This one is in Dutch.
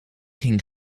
hing